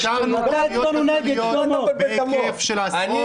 אישרנו תוכניות כלכליות בהיקף עשרות ------ מה אתה מבלבל את המוח?